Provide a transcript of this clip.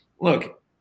look